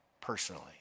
personally